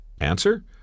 Answer